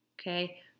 Okay